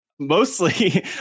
Mostly